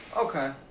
Okay